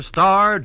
Star